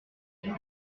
texte